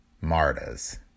Marta's